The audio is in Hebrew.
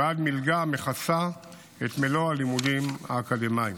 ועד מלגה המכסה את מלוא הלימודים האקדמיים.